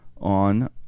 on